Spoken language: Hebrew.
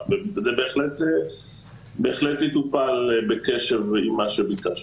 וזה בהחלט יטופל בקשב עם מה שביקשתי.